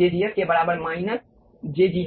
jgf के बराबर minus